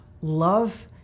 love